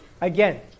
Again